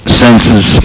senses